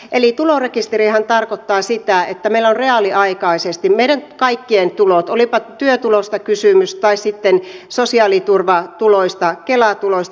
eli tulorekisterihän tarkoittaa sitä että meillä on reaaliaikaisesti meidän kaikkien tulot olipa kysymys työtulosta tai sitten sosiaaliturvatuloista tai kela tuloista